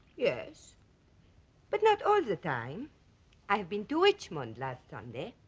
yes but not all the time i have been to richmond last sunday.